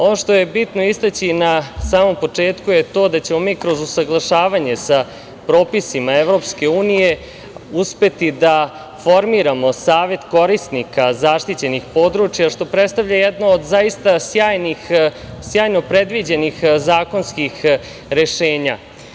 Ono što je bitno istaći na samom početku je to da ćemo mi kroz usaglašavanje sa propisima Evropske unije uspeti da formiramo savet korisnika zaštićenih područja, što predstavlja jedno od zaista sjajno predviđenih zakonskih rešenja.